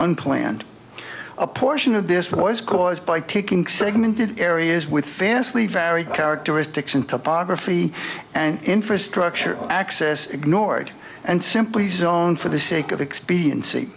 unplanned a portion of this was caused by taking segment in areas with vastly very characteristics in topography and infrastructure access ignored and simply zoned for the sake of expedienc